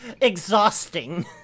exhausting